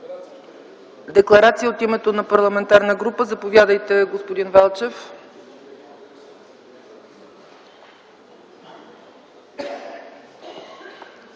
Декларация от името на парламентарна група - заповядайте, господин Велчев.